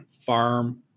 farm